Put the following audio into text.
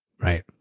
right